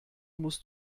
musst